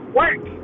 work